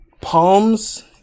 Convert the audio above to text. palms